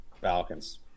Falcons